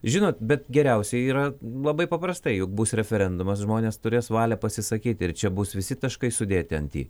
žinot bet geriausia yra labai paprastai juk bus referendumas žmonės turės valią pasisakyt ir čia bus visi taškai sudėti ant i